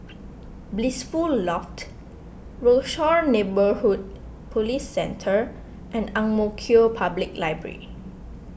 Blissful Loft Rochor Neighborhood Police Centre and Ang Mo Kio Public Library